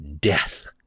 death